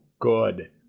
good